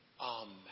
Amen